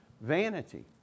vanity